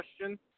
question